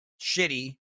shitty